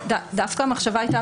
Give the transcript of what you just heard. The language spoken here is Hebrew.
דווקא רוב הזמן המחשבה הייתה